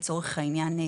לצורך העניין,